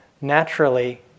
naturally